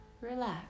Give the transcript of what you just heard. relax